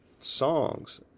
songs